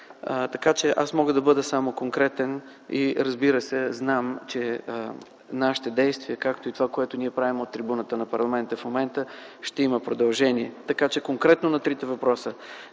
така че аз мога да бъда само конкретен. Разбира се, знам, че нашите действия и това, което ние правим от трибуната на парламента в момента, ще има продължение. Така че конкретно на трите въпроса.